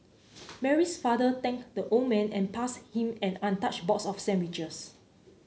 Mary's father thanked the old man and passed him an untouched box of sandwiches